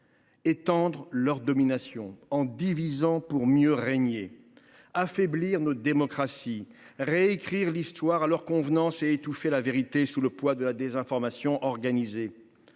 étendre leur domination en divisant pour mieux régner, affaiblir notre démocratie, réécrire l’Histoire à leur convenance et étouffer la vérité sous le poids de la désinformation organisée.